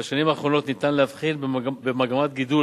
בשנים האחרונות אפשר להבחין במגמת גידול